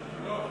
גילאון.